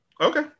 Okay